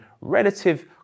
relative